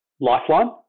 Lifeline